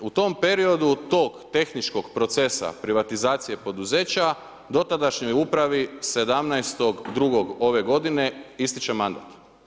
U tom periodu tog tehničkog procesa privatizacije poduzeća dotadašnjoj upravi 17.2. ove godine ističe mandat.